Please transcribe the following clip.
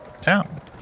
town